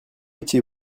étiez